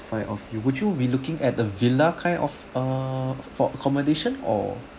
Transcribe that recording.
five of you would you be looking at the villa kind of uh for accommodation or